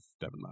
Devin